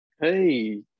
Hey